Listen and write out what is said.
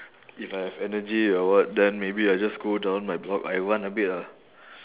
if I have energy or what then maybe I just go down my block I run a bit ah